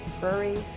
breweries